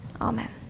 amen